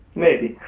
maybe.